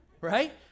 right